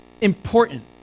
important